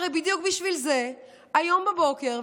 הרי בדיוק בשביל זה היום בבוקר,